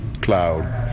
cloud